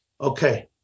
Okay